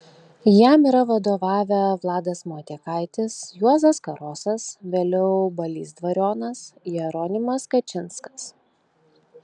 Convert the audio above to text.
jam yra vadovavę vladas motiekaitis juozas karosas vėliau balys dvarionas jeronimas kačinskas